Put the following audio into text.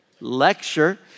lecture